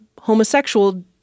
homosexual